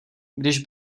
když